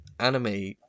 anime